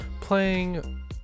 playing